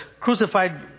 crucified